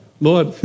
Lord